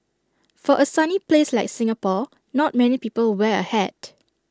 for A sunny place like Singapore not many people wear A hat